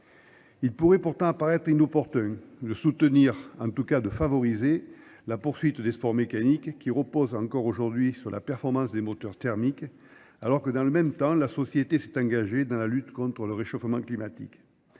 Il pourrait pourtant apparaître inoporteux de soutenir, en tout cas de favoriser, la poursuite des sports mécaniques qui reposent encore aujourd'hui sur la performance des moteurs thermiques, alors que dans le même temps, la société s'est engagée dans la lutte contre le réchauffement climatique.